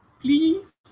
please